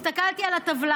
הסתכלתי על הטבלה